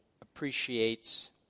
appreciates